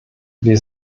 wir